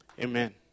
Amen